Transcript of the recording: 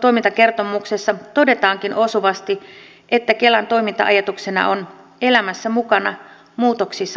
toimintakertomuksessa todetaankin osuvasti että kelan toiminta ajatuksena on elämässä mukana muutoksissa tukena